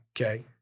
okay